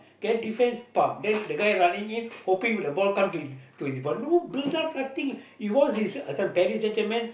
get defense pump then the guy running in hoping with the ball come to him to his body no build up nothing you watch this uh this one